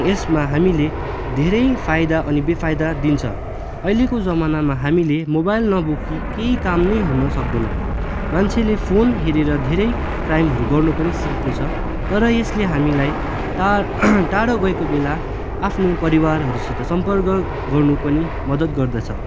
यसमा हामीले धेरै फाइदा अनि बेफाइदा दिन्छ अहिलेको जमानामा हामीले मोबाइल नबोकी केही काम नै हुन सक्दैन मान्छेले फोन हेरेर धेरै क्राइमहरू गर्नु पनि सिकेको छ तर यसले हामीलाई टाढ टाढो गएको बेला आफ्नो परिवारहरूसित सम्पर्क गर्नु पनि मद्दत गर्द्छ